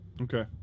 Okay